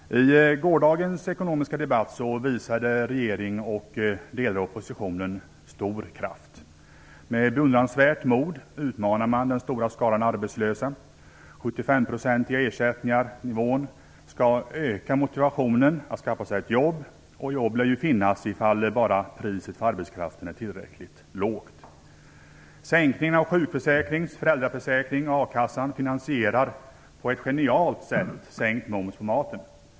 Herr talman! I gårdagens ekonomiska debatt visade regering och delar av oppositionen stor kraft. Med beundransvärt mod utmanar man den stora skaran arbetslösa. Den 75-procentiga ersättningsnivån skall öka motivationen för att skaffa sig ett jobb, och jobb lär ju finnas ifall bara priset på arbetskraften är tillräckligt lågt. Sänkningen av ersättningarna från sjukförsäkring, föräldraförsäkring och a-kassa finansierar på ett genialt sätt sänkt moms på maten.